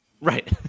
Right